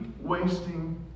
wasting